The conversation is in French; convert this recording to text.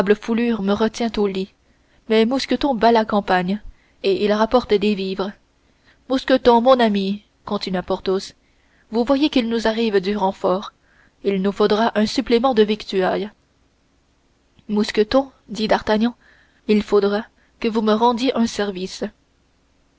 me retient au lit mais mousqueton bat la campagne et il rapporte des vivres mousqueton mon ami continua porthos vous voyez qu'il nous arrive du renfort il nous faudra un supplément de victuailles mousqueton dit d'artagnan il faudra que vous me rendiez un service